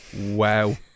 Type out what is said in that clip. Wow